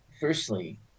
firstly